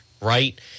right